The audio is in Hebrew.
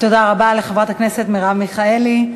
תודה רבה לחברת הכנסת מרב מיכאלי.